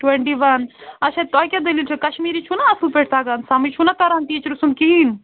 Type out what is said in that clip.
twenty one اَچھا تۄہہِ کیٚاہ دٔلیٖل چھَو کشمیٖری چھُو نا اَصٕل پٲٹھۍ تگان سمجھ چھُو نا تران ٹیٖچرٕ سُنٛد کہیٖنٛۍ